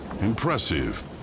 Impressive